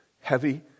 heavy